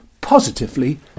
positively